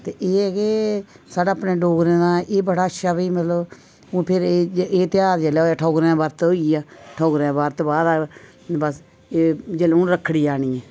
ते एह् ऐ केह् ते साढ़े अपने डोगरें दा एह् बड़ा अच्छा मतलब हून एह् ध्यार जेल्लै होआ ठौगरें दा बर्त होई गेआ ठौगरें दे बर्त दे बाद जेल्लै हून रक्खड़ी आनी ऐ